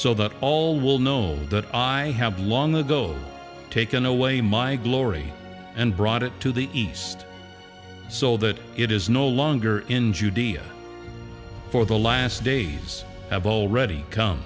so that all will know that i have long ago taken away my glory and brought it to the east so that it is no longer in judea for the last days have already come